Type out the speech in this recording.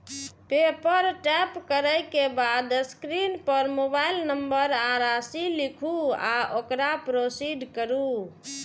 पे पर टैप करै के बाद स्क्रीन पर मोबाइल नंबर आ राशि लिखू आ ओकरा प्रोसीड करू